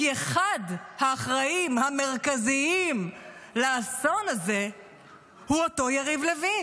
כי אחד האחראים המרכזיים לאסון הזה הוא אותו יריב לוין,